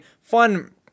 fun